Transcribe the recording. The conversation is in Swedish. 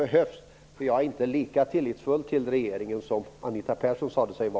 Jag har inte lika stor tillit till regeringen som Anita Persson sade sig ha.